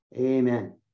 Amen